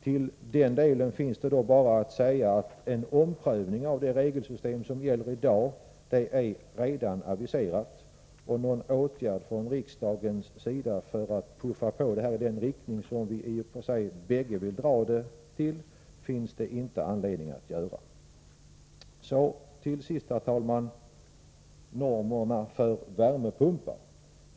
Till detta finns bara att säga att en omprövning av det regelsystem som gäller i dag redan är aviserad. Någon åtgärd från riksdagen för att puffa på i den riktning som vi i och för sig från båda håll önskar finns det inte anledning att vidta. Till sist, herr talman, något om normerna för värmepumpar.